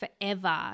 forever